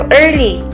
early